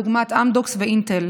דוגמת אמדוקס ואינטל.